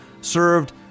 served